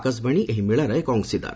ଆକାଶବାଣୀ ଏହି ମେଳାର ଏକ ଅଂଶୀଦାର